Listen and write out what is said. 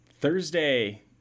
Thursday